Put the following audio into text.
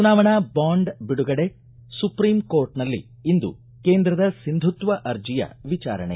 ಚುನಾವಣಾ ಬಾಂಡ್ ಬಿಡುಗಡೆ ಸುಪ್ರೀಂ ಕೋರ್ಟ್ನಲ್ಲಿ ಇಂದು ಕೇಂದ್ರದ ಸಿಂಧುತ್ವ ಅರ್ಜಿಯ ವಿಚಾರಣೆ